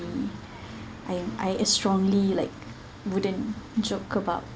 very I'm I strongly like wouldn't joke about